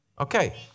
Okay